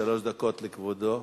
שלוש דקות לכבודו.